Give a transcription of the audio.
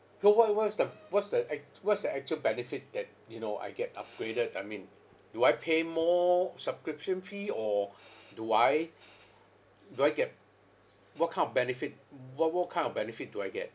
so what what is the what's the act~ what's the actual benefit that you know I get upgraded I mean do I pay more subscription fee or do I do I get what kind of benefit wha~ what kind of benefit do I get